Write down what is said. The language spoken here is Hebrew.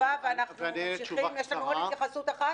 במשטרה אנחנו עושים ניתוח לגבי כל אירוע,